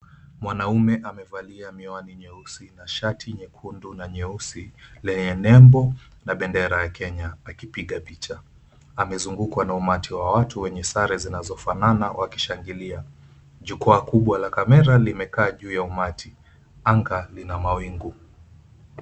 Mwanaume amevalia miwani nyeusi, na shati nyekundu na nyeusi, lenye nembo na bendera ya Kenya, akipiga picha. Amezungukwa na umati wa watu wenye sare zinazofanana wakishangilia. Jukwaa kubwa la kamera limekaa juu ya umati. Anga lina mawingu.